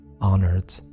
honored